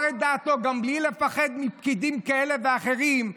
את דעתו גם בלי לפחד מפקידים כאלה ואחרים,